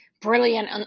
brilliant